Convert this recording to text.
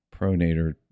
pronator